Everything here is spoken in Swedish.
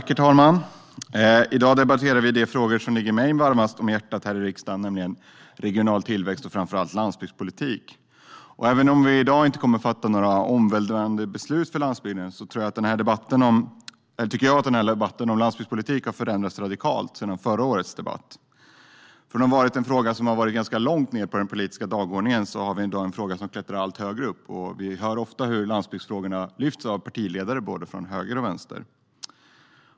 Herr talman! I dag debatterar vi de frågor som ligger mig varmast om hjärtat här i riksdagen, nämligen regional tillväxt och framför allt landsbygdspolitik. Även om vi i dag inte kommer att fatta några omvälvande beslut för landsbygden tycker jag att debatten om landsbygdspolitik har förändrats radikalt sedan förra årets debatt. Från att ha varit en fråga som har varit ganska långt ned på den politiska dagordningen är det i dag en fråga som klättrar allt högre upp. Vi hör ofta hur landsbygdsfrågorna lyfts fram av partiledare från både höger och vänster.